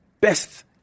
best